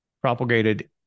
propagated